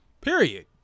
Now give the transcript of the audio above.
period